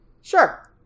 Sure